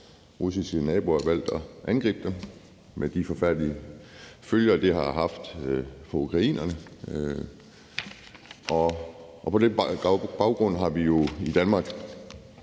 russiske naboer har valgt at angribe dem, og det har haft forfærdelige følger for ukrainerne. På den baggrund har vi jo i Danmark